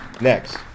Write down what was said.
Next